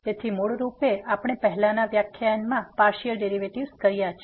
તેથી મૂળ રૂપે આપણે પહેલા વ્યાખ્યાનમાં પાર્સીઅલ ડેરીવેટીવ કર્યા છે